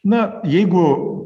na jeigu